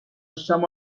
some